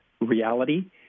reality